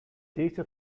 data